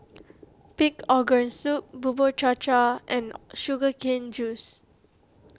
Pig Organ Soup Bubur Cha Cha and Sugar Cane Juice